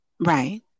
Right